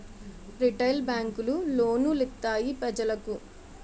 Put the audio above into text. retail బేంకులు loan లిత్తాయి పెజలకు